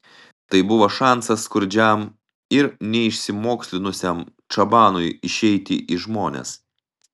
tai buvo šansas skurdžiam ir neišsimokslinusiam čabanui išeiti į žmones